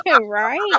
Right